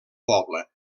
poble